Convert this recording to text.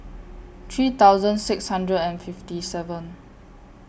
three thousand six hundred and fifty seven